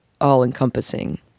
all-encompassing